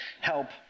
help